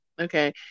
okay